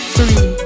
Three